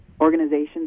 organizations